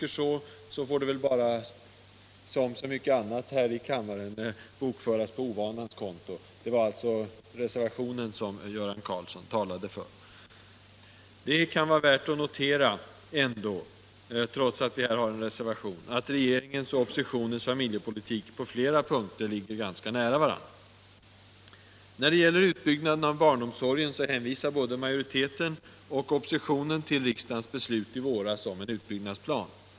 Men det får väl som så mycket annat här i kammaren bokföras på ovanans konto. Det var alltså reservationen som Göran Karlsson talade för. Det kan vara värt att notera — trots att det finns en reservation — att regeringens och oppositionens familjepolitik på flera punkter ligger ganska nära varandra. När det gäller utbyggnaden av barnomsorgen hänvisar både majoritet och opposition till riksdagens beslut i våras om en utbyggnadsplan.